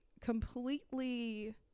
completely